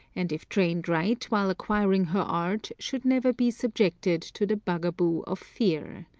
and if trained right while acquiring her art should never be subjected to the bugaboo of fear.